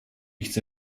chce